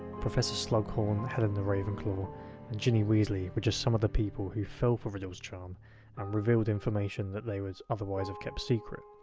professor slughorn, helena ravenclaw and ginny weasley were just some of the people who fell for riddle's charm and revealed information that they would otherwise have keep secret.